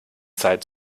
zeit